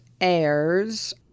airs